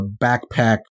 backpack